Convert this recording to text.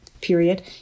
period